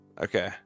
Okay